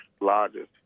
largest